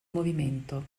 movimento